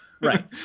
Right